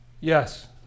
Yes